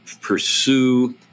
pursue